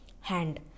hand